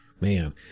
Man